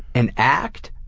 an act?